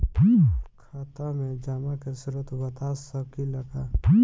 खाता में जमा के स्रोत बता सकी ला का?